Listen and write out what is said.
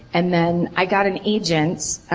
and then i got an agent.